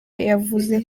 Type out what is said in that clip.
yavuze